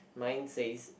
mine says